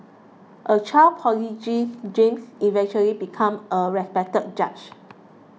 a child prodigy James eventually become a respected judge